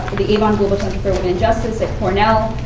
the avon global center for women and justice at cornell.